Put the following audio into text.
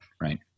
right